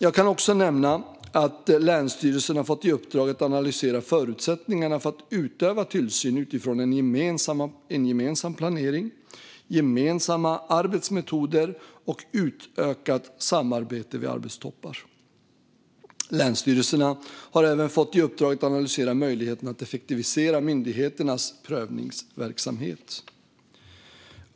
Jag kan också nämna att länsstyrelserna fått i uppdrag att analysera förutsättningarna för att utöva tillsyn utifrån en gemensam planering, gemensamma arbetsmetoder och utökat samarbete vid arbetstoppar. Länsstyrelserna har även fått i uppdrag att analysera möjligheterna att effektivisera myndigheternas prövningsverksamhet.